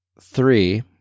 three